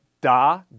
da